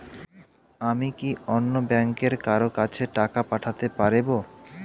আমি কি অন্য ব্যাংকের কারো কাছে টাকা পাঠাতে পারেব?